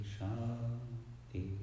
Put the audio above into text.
Shanti